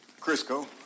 Crisco